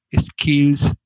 skills